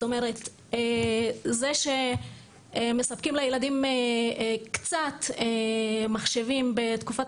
זה שמספקים לילדים קצת מחשבים בתקופת